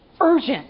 urgent